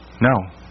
No